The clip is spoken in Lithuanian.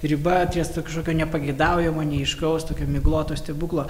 riba ties ta kažkokio nepageidaujamo neiškraus tokio migloto stebuklo